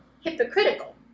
hypocritical